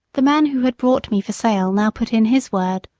the man who had brought me for sale now put in his word.